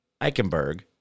Eichenberg